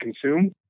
consume